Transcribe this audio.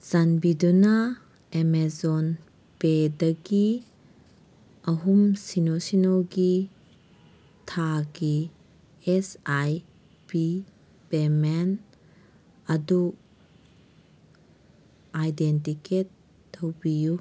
ꯆꯥꯟꯕꯤꯗꯨꯅ ꯑꯦꯃꯦꯖꯣꯟ ꯄꯦꯗꯒꯤ ꯑꯍꯨꯝ ꯁꯤꯅꯣ ꯁꯤꯅꯣꯒꯤ ꯊꯥꯒꯤ ꯑꯦꯁ ꯑꯥꯏ ꯄꯤ ꯄꯦꯃꯦꯟ ꯑꯗꯨ ꯑꯥꯏꯗꯦꯟꯇꯤꯀꯦꯠ ꯇꯧꯕꯤꯌꯨ